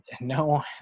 No